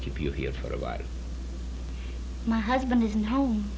keep you here for a while my husband isn't home